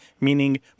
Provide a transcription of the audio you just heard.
meaning